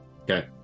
Okay